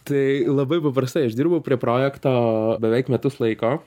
tai labai paprastai aš dirbau prie projekto beveik metus laiko